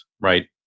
right